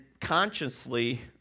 consciously